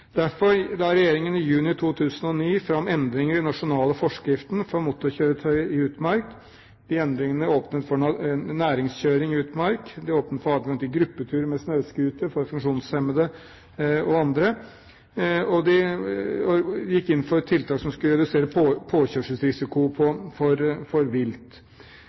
Derfor la regjeringen i juni 2009 fram endringer i nasjonal forskrift for bruk av motorkjøretøyer i utmark. De endringene åpnet for næringskjøring i utmark, de åpnet for adgang til gruppeturer med snøscooter for funksjonshemmede og andre, og de gikk inn for tiltak som skulle redusere påkjørselsrisiko for vilt.